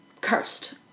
cursed